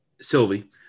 Sylvie